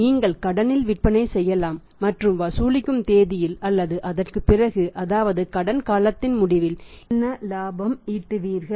நீங்கள் கடனில் விற்பனை செய்யலாம் மற்றும் வசூலிக்கும் தேதியில் அல்லது அதற்குப் பிறகு அதாவது கடன் காலத்தின் முடிவில் என்னென்ன இலாபம் ஈட்டுவீர்கள்